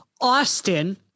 Austin